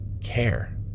care